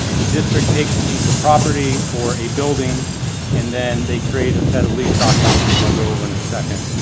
the district takes a piece of property or a building and then they create a set of lease documents, which i'll go over in a second.